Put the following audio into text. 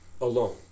alone